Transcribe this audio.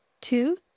Two